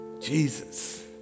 Jesus